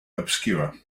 obscure